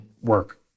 work